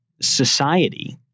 society